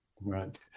right